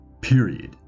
period